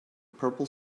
purple